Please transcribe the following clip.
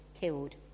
killed